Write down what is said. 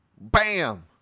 Bam